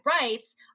rights